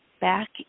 back